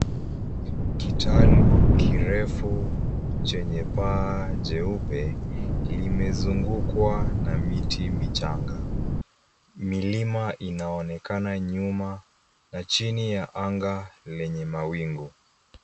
Kitalu kirefu chenye paa jeupe limezungukwa na miti michanga. Milima inaonekana nyuma chini ya anga lenye mawingu.